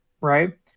right